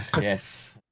yes